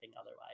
otherwise